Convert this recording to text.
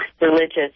religious